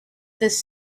this